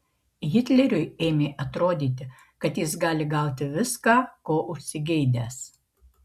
hitleriui ėmė atrodyti kad jis gali gauti viską ko užsigeidęs